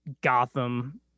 Gotham